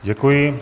Děkuji.